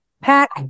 pack